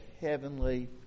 heavenly